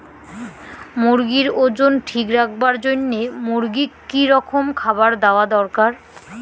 মুরগির ওজন ঠিক রাখবার জইন্যে মূর্গিক কি রকম খাবার দেওয়া দরকার?